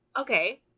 okay